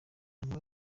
nawe